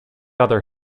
other